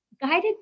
guided